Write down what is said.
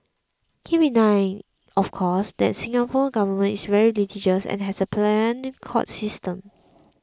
keep in mind of course that the Singapore Government is very litigious and has a pliant court system